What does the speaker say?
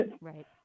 Right